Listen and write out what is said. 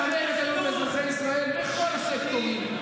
שמתעמרת היום באזרחי ישראל בכל הסקטורים.